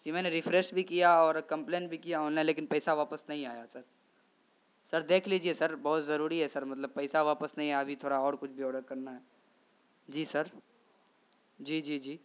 جی میں نے ریفریش کیا اور کمپلین بھی کیا آن لائن لیکن پیسہ واپس نہیں آیا ہے سر سر دیکھ لیجیے سر بہت ضروری ہے سر مطلب پیسہ واپس نہیں آیا ابھی تھوڑا اور کچھ بھی آڈر کرنا ہے جی سر جی جی جی